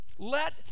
Let